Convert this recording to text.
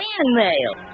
mail